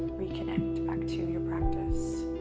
reconnect back to your practice,